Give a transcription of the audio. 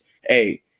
hey